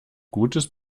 gutes